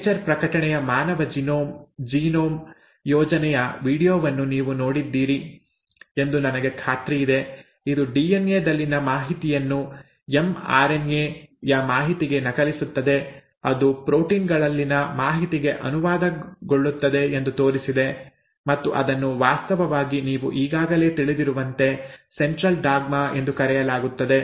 nature ಪ್ರಕಟಣೆಯ ಮಾನವ genome ಯೋಜನೆಯ ವೀಡಿಯೊವನ್ನು ನೀವು ನೋಡಿದ್ದೀರಿ ಎಂದು ನನಗೆ ಖಾತ್ರಿಯಿದೆ ಇದು ಡಿಎನ್ಎ ದಲ್ಲಿನ ಮಾಹಿತಿಯನ್ನು ಎಂಆರ್ಎನ್ಎ ಯ ಮಾಹಿತಿಗೆ ನಕಲಿಸುತ್ತದೆ ಅದು ಪ್ರೋಟೀನ್ ಗಳಲ್ಲಿನ ಮಾಹಿತಿಗೆ ಅನುವಾದಗೊಳ್ಳುತ್ತದೆ ಎಂದು ತೋರಿಸಿದೆ ಮತ್ತು ಅದನ್ನು ವಾಸ್ತವವಾಗಿ ನೀವು ಈಗಾಗಲೇ ತಿಳಿದಿರುವಂತೆ ಸೆಂಟ್ರಲ್ ಡಾಗ್ಮಾ ಎಂದು ಕರೆಯಲಾಗುತ್ತದೆ